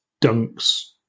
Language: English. Dunks